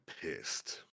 pissed